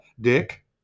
dick